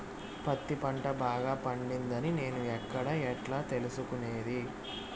పత్తి పంట బాగా పండిందని నేను ఎక్కడ, ఎట్లా తెలుసుకునేది?